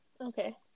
Okay